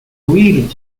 huir